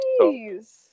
Jeez